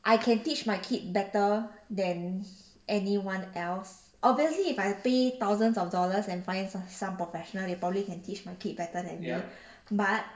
I can teach my kids better than anyone else obviously if I pay thousands of dollars and find some professional they probably can teach my kid better than me but